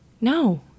no